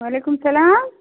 وعلیکُم السلام